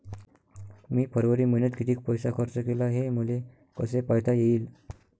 मी फरवरी मईन्यात कितीक पैसा खर्च केला, हे मले कसे पायता येईल?